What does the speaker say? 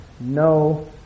no